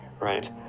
right